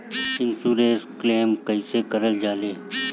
Insurance claim कइसे कइल जा ले?